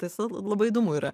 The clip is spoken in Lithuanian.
tiesa labai įdomu yra